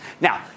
Now